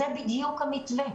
זה בדיוק היה המתווה.